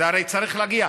זה הרי צריך להגיע,